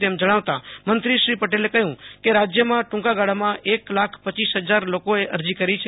તેમ જણાવતા મત્રીશ્રી પટેલે કહ્યુ કે રાજ્યમાં ટુંકાગાળામાં એક લાખ પચ્ચીસ હજાર લોકોએ અરજી કરી છે